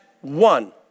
one